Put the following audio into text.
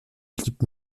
clips